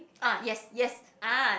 ah yes yes ah